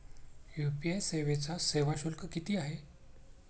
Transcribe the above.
UPI सेवेचा सेवा शुल्क किती आहे?